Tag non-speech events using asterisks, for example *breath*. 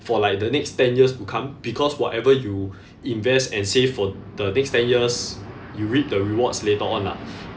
for like the next ten years to come because whatever you *breath* invest and save for the next ten years you reap the rewards later on lah